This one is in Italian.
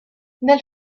nel